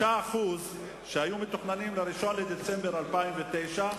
5% שהיו מתוכננים ל-1 בדצמבר 2009,